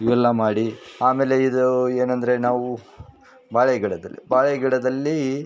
ಇವೆಲ್ಲ ಮಾಡಿ ಆಮೇಲೆ ಇದು ಏನಂದರೆ ನಾವು ಬಾಳೆ ಗಿಡದಲ್ಲಿ ಬಾಳೆ ಗಿಡದಲ್ಲಿ